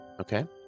Okay